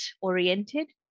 oriented